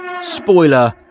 spoiler